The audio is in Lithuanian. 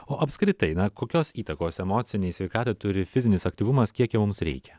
o apskritai na kokios įtakos emocinei sveikatai turi fizinis aktyvumas kiek jo mums reikia